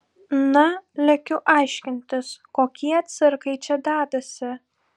na lekiu aiškintis kokie cirkai čia dedasi